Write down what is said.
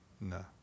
No